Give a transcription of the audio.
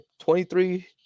23